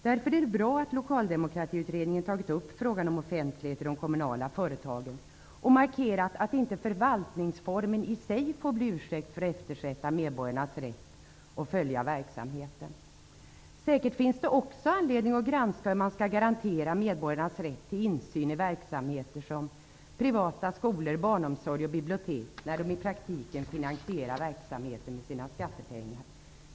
Därför är det bra att Lokaldemokratiutredningen tagit upp frågan om offentlighet i de kommunala företagen och markerat att inte förvaltningsformen i sig får bli ursäkt för att eftersätta medborgarnas rätt att följa verksamheten. Säkert finns det också anledning att granska hur man skall garantera medborgarnas rätt till insyn i verksamheter som privata skolor, barnomsorg och bibliotek, när de i praktiken finansierar verksamheterna med sina skattepengar.